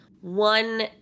One